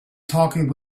talking